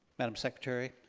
madame secretary,